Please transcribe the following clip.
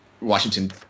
Washington